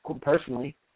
personally